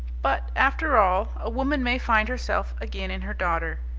but after all, a woman may find herself again in her daughter.